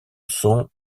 sont